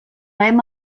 hem